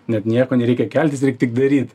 net nieko nereikia keltis reik tik daryt